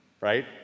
right